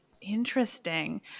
Interesting